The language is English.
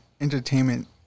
entertainment